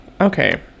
Okay